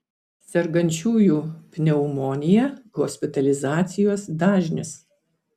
sergančiųjų pneumonija hospitalizacijos dažnis